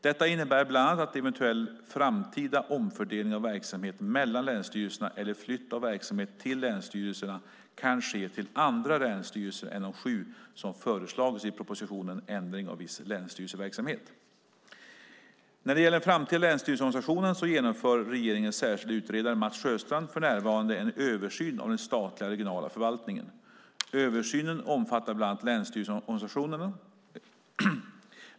Detta innebär bland annat att eventuell framtida omfördelning av verksamhet mellan länsstyrelserna eller flytt av verksamhet till länsstyrelserna kan ske till andra länsstyrelser än de sju som föreslagits i propositionen Ändring av viss länsstyrelseverksamhet . När det gäller den framtida länsstyrelseorganisationen genomför regeringens särskilde utredare Mats Sjöstrand för närvarande en översyn av den statliga regionala förvaltningen. Översynen omfattar bland annat länsstyrelseorganisationen.